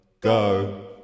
go